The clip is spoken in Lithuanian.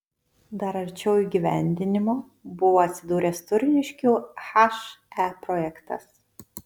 dar arčiau įgyvendinimo buvo atsidūręs turniškių he projektas